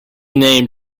name